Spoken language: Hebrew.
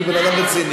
כי הוא בן-אדם רציני.